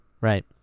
Right